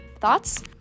thoughts